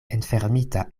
enfermita